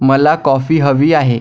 मला कॉफी हवी आहे